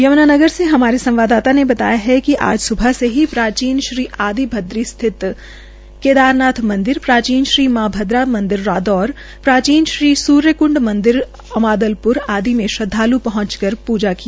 यम्नानगर से हमारे संवाददाता ने बताया कि आज स्बह से ही प्रचीन श्री आदी बद्री स्थित केदारनाथ मंदिर प्राचीन मां भद्रा मंदिर रादौर प्राचीन सूर्यक्ंड मंदिर अमादलप्र आदि में श्रद्वाल् पहुंच कर पूजा की